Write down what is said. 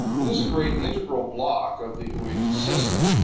it is a great integral block of the uinta system.